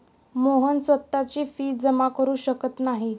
मोहन स्वतःची फी जमा करु शकत नाही